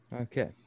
Okay